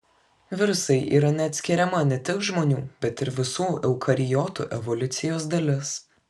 virusai yra neatskiriama ne tik žmonių bet ir visų eukariotų evoliucijos dalis